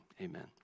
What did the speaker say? amen